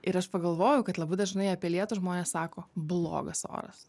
ir aš pagalvojau kad labai dažnai apie lietų žmonės sako blogas oras